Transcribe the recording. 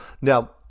Now